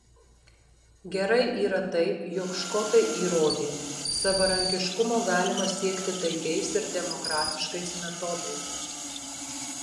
gerai yra tai jog škotai įrodė savarankiškumo galima siekti taikiais ir demokratiškais metodais